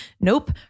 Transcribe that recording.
Nope